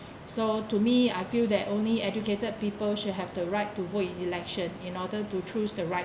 so to me I feel that only educated people should have the right to vote in election in order to choose the right